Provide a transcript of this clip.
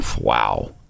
Wow